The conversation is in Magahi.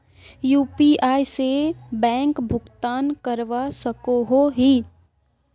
यु.पी.आई से बैंक भुगतान करवा सकोहो ही?